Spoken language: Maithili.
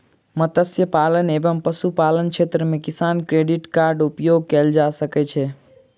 मत्स्य पालन एवं पशुपालन क्षेत्र मे किसान क्रेडिट कार्ड उपयोग कयल जा सकै छै